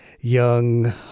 young